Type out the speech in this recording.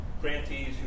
grantees